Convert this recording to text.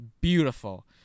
beautiful